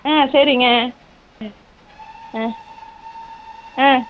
ஆ சரிங்க ம் ஆ ஆ